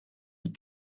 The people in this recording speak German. die